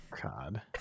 God